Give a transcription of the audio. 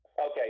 Okay